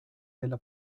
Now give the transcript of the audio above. della